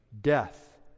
death